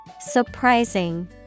Surprising